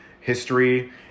history